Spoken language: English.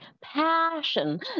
Passion